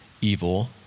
evil